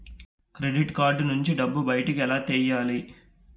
Credit card నుంచి డబ్బు బయటకు ఎలా తెయ్యలి?